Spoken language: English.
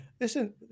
Listen